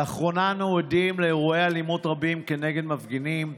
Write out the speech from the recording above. לאחרונה אנו עדים לאירועי אלימות רבים נגד מפגינים,